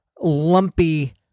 lumpy